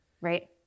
Right